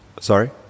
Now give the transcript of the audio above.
sorry